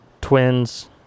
Twins